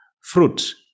fruit